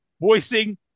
Voicing